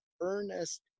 earnest